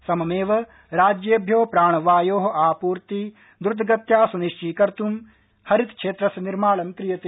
सममेव राज्येभ्यो प्राणवायोः आपूर्ति द्रतगत्या सुनिश्चीकर्तम् एव हरित क्षद्वित्य निर्माण क्रियते